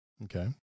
Okay